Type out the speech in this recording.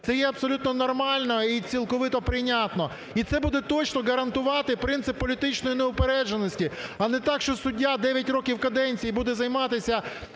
Це є абсолютно нормально і цілковито прийнятно. І це буде точно гарантувати принцип політичної неупередженості. А не так, що суддя 9 років каденції буде займатися